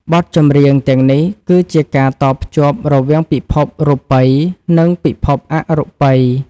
បទចម្រៀងទាំងនេះ គឺជាការតភ្ជាប់រវាងពិភពរូបិយ និងពិភពអរូបិយ។